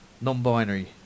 non-binary